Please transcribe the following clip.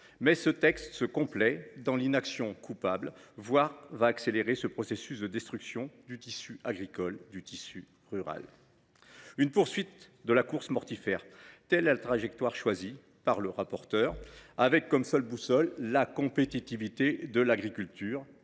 Mais il se complaît dans l’inaction coupable et risque même d’accélérer le processus de destruction du tissu agricole et rural. Une poursuite de la course mortifère, telle est la trajectoire choisie par les rapporteurs, avec comme seule boussole la compétitivité de l’agriculture